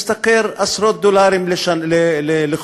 משתכר עשרות דולרים לחודש.